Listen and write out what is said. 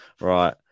Right